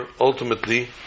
ultimately